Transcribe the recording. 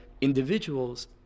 individuals